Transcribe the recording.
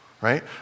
right